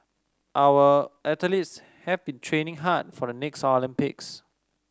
our athletes have been training hard for the next Olympics